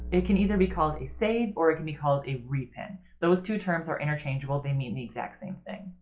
it can either be called a save, or it can be called a repin. those two terms are interchangeable, they mean the exact same thing.